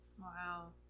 wow